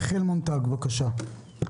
יחיאל מונטג, בבקשה.